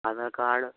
Aadhaar card